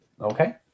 Okay